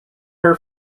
her